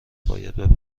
باید